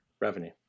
revenue